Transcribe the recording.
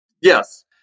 yes